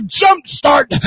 jumpstart